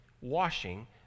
washing